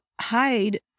hide